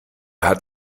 hat